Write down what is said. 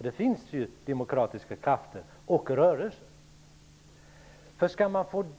Det finns ju faktiskt demokratiska krafter och rörelser där.